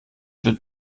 wird